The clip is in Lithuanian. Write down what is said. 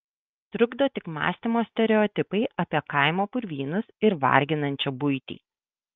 trukdo tik mąstymo stereotipai apie kaimo purvynus ir varginančią buitį